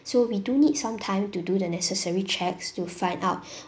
so we do need some time to do the necessary checks to find out